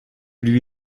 lui